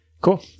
Cool